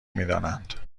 میدانند